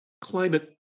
climate